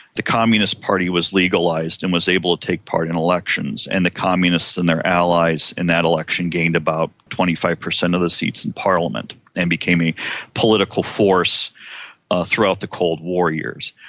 the communist party was legalised and was able to take part in elections, and the communists and their allies in that election gained about twenty five per cent of the seats in parliament and became a political force ah throughout the cold war years.